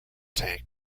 tank